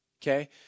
Okay